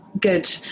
good